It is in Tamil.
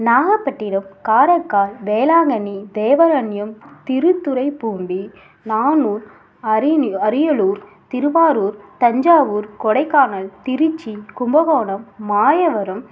நாகப்பட்டினம் காரைக்கால் வேளாங்கண்ணி தேவாரண்யம் திருத்துறைப்பூண்டி நானூர் அரினி அரியலூர் திருவாரூர் தஞ்சாவூர் கொடைக்கானல் திருச்சி கும்பகோணம் மாயவரம்